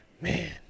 man